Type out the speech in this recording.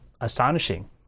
astonishing